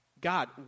God